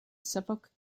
suffolk